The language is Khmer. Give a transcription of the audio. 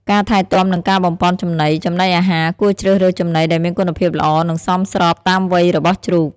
ការថែទាំនិងការបំប៉នចំណី ចំណីអាហារ គួរជ្រើសរើសចំណីដែលមានគុណភាពល្អ និងសមស្របតាមវ័យរបស់ជ្រូក។